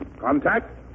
Contact